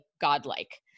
godlike